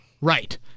Right